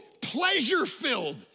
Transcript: pleasure-filled